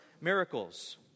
miracles